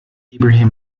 ibrahim